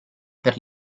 per